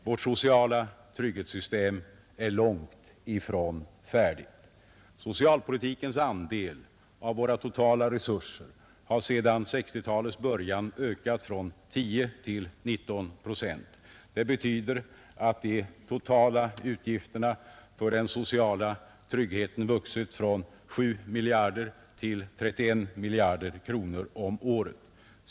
Vårt sociala trygghetssystem är långt ifrån färdigt. Socialpolitikens andel av våra totala resurser har sedan 1960-talets början ökat från tio till nitton procent. Det betyder att de totala utgifterna för den sociala tryggheten har vuxit från 7 miljarder till 31 miljarder kronor om året.